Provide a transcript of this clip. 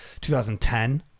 2010